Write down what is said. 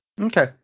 Okay